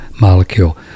molecule